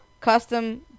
custom